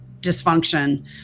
dysfunction